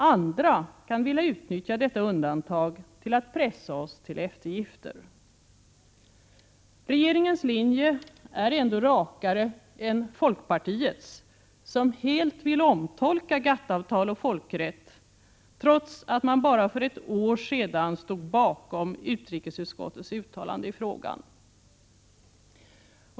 Andra kan vilja utnyttja detta undantag till att pressa oss till eftergifter. Regeringens linje är ändå rakare än folkpartiets, som helt vill omtolka GATT:-avtal och folkrätt trots att man bara för ett år sedan stod bakom utrikesutskottets uttalande i frågan.